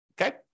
okay